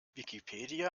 wikipedia